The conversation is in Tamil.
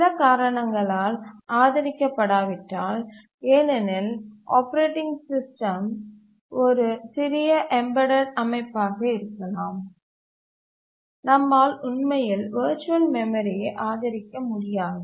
சில காரணங்களால் வர்ச்சுவல் மெமரி ஆதரிக்கப்படாவிட்டால் ஏனெனில் ஆப்பரேட்டிங் சிஸ்டம் ஒரு சிறிய எம்பெடட் அமைப்பாக இருக்கலாம் நம்மால் உண்மையில் வர்ச்சுவல் மெமரியை ஆதரிக்க முடியாது